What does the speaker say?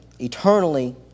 eternally